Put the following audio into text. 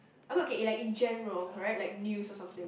I mean okay it like in general right like news or something